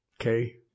Okay